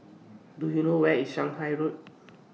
Do YOU know Where IS Shanghai Road